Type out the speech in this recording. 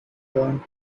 blonde